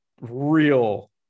real